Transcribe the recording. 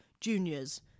juniors